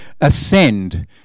ascend